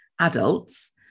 adults